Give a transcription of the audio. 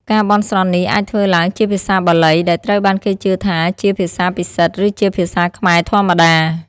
ការបន់ស្រន់នេះអាចធ្វើឡើងជាភាសាបាលី ដែលត្រូវបានគេជឿថាជាភាសាពិសិដ្ឋ ឬជាភាសាខ្មែរធម្មតា។